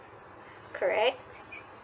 correct